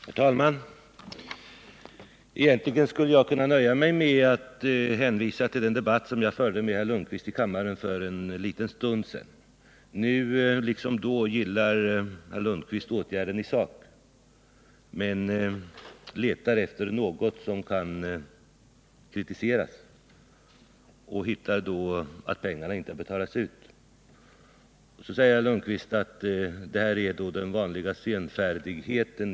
Herr talman! Egentligen skulle jag kunna nöja mig med att hänvisa till den debatt jag förde med Svante Lundkvist i kammaren för en liten stund sedan. Nu liksom då gillar han åtgärden i sak men letar efter något som kan kritiseras och hittar då att pengarna inte betalats ut i tid. Svante Lundkvist talar om den inom trepartiregeringen vanliga senfärdigheten.